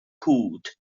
cwd